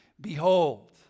behold